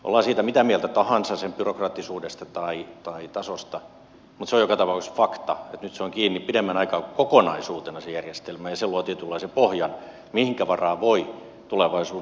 ollaan siitä mitä mieltä tahansa sen byrokraattisuudesta tai tasosta mutta se on joka tapauksessa fakta että nyt se järjestelmä on kiinni pidemmän aikaa kokonaisuutena ja se luo tietynlaisen pohjan minkä varaan voi tulevaisuuden perustaa